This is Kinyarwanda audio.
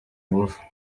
ngufu